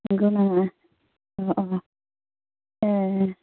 नोंगौ नामा अ अ ए